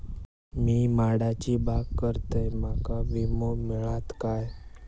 मी माडाची बाग करतंय माका विमो मिळात काय?